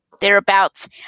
thereabouts